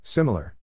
Similar